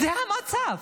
זה המצב.